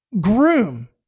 groom